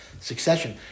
succession